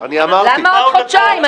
למה עוד חודשיים?